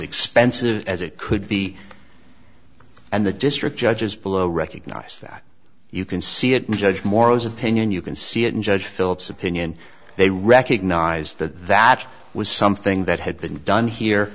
expensive as it could be and the district judges below recognize that you can see it and judge morrow's opinion you can see it and judge phillips opinion they recognize that that was something that had been done here